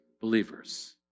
believers